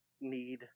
need